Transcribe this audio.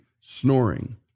snoring